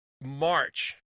March